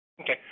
Okay